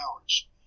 hours